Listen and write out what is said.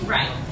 Right